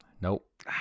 Nope